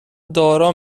دارا